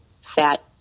fat